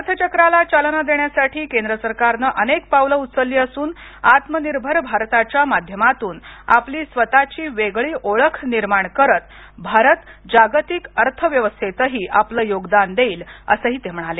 अर्थचक्राला चालना देण्यासाठी केंद्र सरकारनं अनेक पावलं उचलली असून आत्मनिर्भर भारताच्या माध्यमातून आपली स्वतःची वेगळी ओळख निर्माण करत भारत जागतिक अर्थव्यवस्थेतही आपलं योगदान देईल असं ते म्हणाले